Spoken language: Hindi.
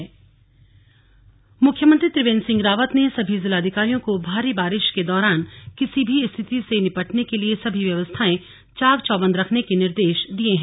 स्लग मुख्यमंत्री निर्देश मुख्यमंत्री त्रिवेन्द्र सिंह रावत ने सभी जिलाधिकारियों को भारी बारिश के दौरान किसी भी स्थिति से निपटने के लिए सभी व्यवस्थाएं चाक चौबंद रखने के निर्देश दिये हैं